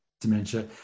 dementia